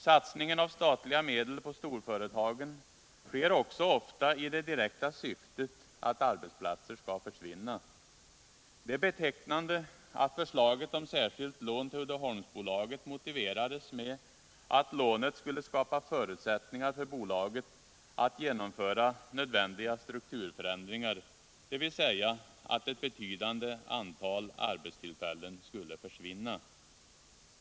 Satsningen av statliga medel på storföretagen sker också ofta i det direkta syftet att arbetsplatser skall försvinna. Det är betecknande att förslaget om särskilt lån till Uddeholmsbolaget motiverades med att lånet skulle skapa förutsättningar för bolaget att genomföra nödvändiga strukturförändringar, dvs. att ett betydande antal arbetstillfällen skulle försvinna.